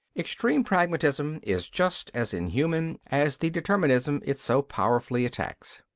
extreme pragmatism is just as inhuman as the determinism it so powerfully attacks.